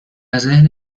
ذهن